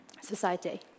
society